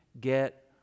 get